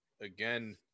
Again